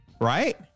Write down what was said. right